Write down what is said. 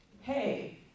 hey